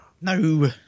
No